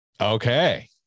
Okay